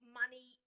money